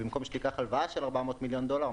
כך שבמקום שתיקח הלוואה של 400 מיליון דולר,